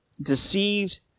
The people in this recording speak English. deceived